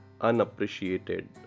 unappreciated